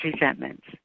resentments